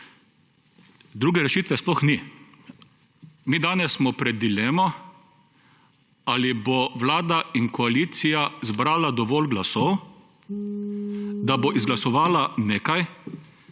Druge rešitve sploh ni. Mi smo danes pred dilemo, ali bo vlada oziroma koalicija zbrala dovolj glasov, da bo izglasovala nekaj,